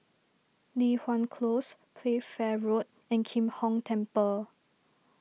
Li Hwan Close Playfair Road and Kim Hong Temple